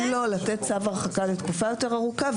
לתת צו הרחקה לתקופה יותר ארוכה,